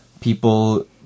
people